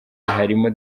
harimo